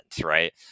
Right